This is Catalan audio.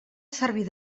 servir